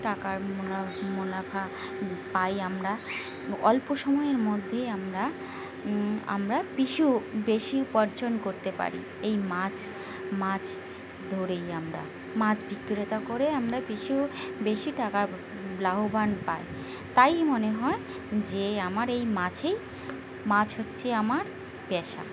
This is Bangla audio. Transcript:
টাকার মুনা মুনাফা পাই আমরা অল্প সময়ের মধ্যেই আমরা আমরা কিছু বেশি উপার্জন করতে পারি এই মাছ মাছ ধরেই আমরা মাছ বিক্রেতা করে আমরা কিছু বেশি টাকার লাভবান পাই তাই মনে হয় যে আমার এই মাছেই মাছ হচ্ছে আমার পেশা